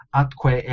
atque